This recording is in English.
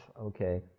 okay